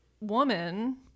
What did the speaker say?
woman